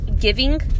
giving